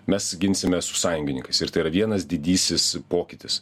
mes ginsimės su sąjungininkais ir tai yra vienas didysis pokytis